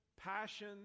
passion